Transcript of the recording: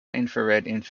infrared